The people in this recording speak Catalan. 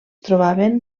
trobaven